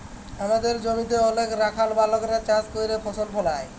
আমাদের জমিতে অলেক রাখাল বাগালরা চাষ ক্যইরে ফসল ফলায়